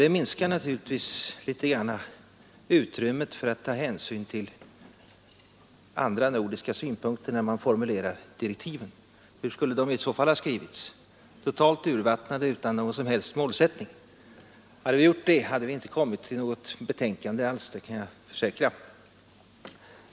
Det minskade givetvis utrymmet när det gällde att ta hänsyn till andra nordiska synpunkter, när vi formulerade direktiven. Hur skulle de i så fall ha skrivits totalt urvattnade och utan någon som helst målsättning? Hade vi gjort det, så hade vi inte kommit fram till något betänkande alls, det kan jag försäkra.